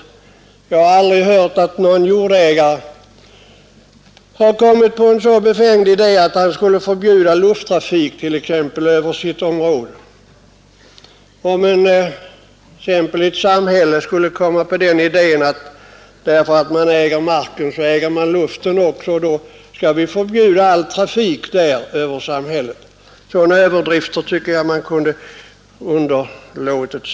Jag har t.ex. aldrig hört att någon jordägare kommit på en så befängd idé att han skulle förbjuda lufttrafik över sitt område. Ett samhälle som skulle komma på den idén att man därför att man äger marken också äger luftområdet ovanför, skulle då kunna förbjuda all trafik över samhället. Sådana överdrifter tycker jag att man kunde ha undvikit.